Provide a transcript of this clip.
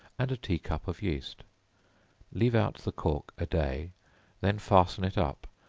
and a tea-cup of yeast leave out the cork a day then fasten it up,